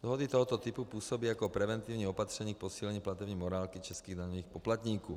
Dohody tohoto typu působí jako preventivní opatření k posílení platební morálky českých daňových poplatníků.